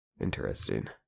Interesting